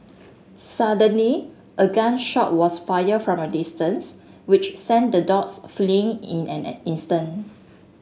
suddenly a gun shot was fired from a distance which sent the dogs fleeing in an an instant